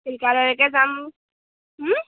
চিল্কালয়কে যাম